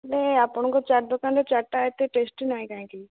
ହେଲେ ଆପଣଙ୍କ ଚାଟ୍ ଦୋକାନରେ ଚାଟ୍ଟା ଏତେ ଟେଷ୍ଟି ନାହିଁ କାହିଁକି